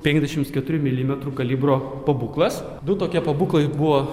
penkiasdešimt keturių milimetrų kalibro pabūklas du tokie pabūklai buvo